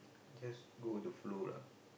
just go with the flow lah